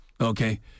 okay